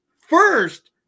first